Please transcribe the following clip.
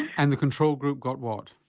and the control group got what?